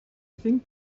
think